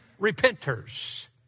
repenters